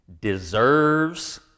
Deserves